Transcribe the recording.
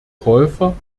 käufer